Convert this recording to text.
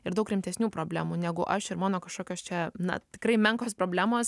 ir daug rimtesnių problemų negu aš ir mano kažkokios čia na tikrai menkos problemos